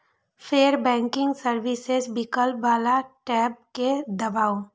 फेर banking services विकल्प बला टैब कें दबाउ